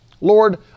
Lord